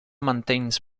maintains